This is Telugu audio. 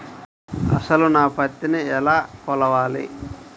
అసలు నా పత్తిని ఎలా కొలవాలి?